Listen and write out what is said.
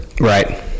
Right